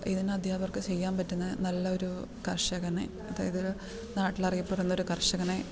ഇതിന് അധ്യാപകർക്ക് ചെയ്യാൻ പറ്റുന്ന നല്ലൊരു കർഷകനെ അതായത് ഒരു നാട്ടിൽ അറിയപ്പെടുന്നൊരു കർഷകനെ